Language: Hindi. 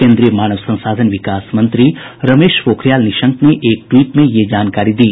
केन्द्रीय मानव संसाधन विकास मंत्री रमेश पोखरियाल निशंक ने एक ट्वीट में यह जानकारी दी